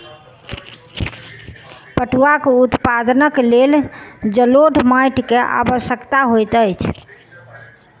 पटुआक उत्पादनक लेल जलोढ़ माइट के आवश्यकता होइत अछि